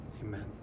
Amen